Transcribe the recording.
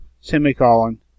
semicolon